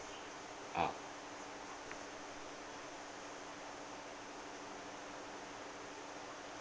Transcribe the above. ah